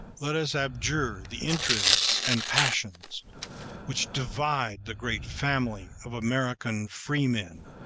let us abjure the interests and passions which divide the great family of american freemen!